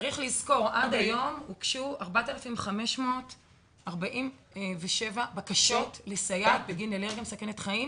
עד היום הוגשו 4,547 בקשות לסייעת בגין אלרגיה מסכנת חיים,